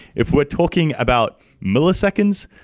if we're talking about milliseconds,